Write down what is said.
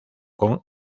con